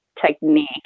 technique